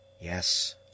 Yes